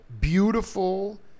beautiful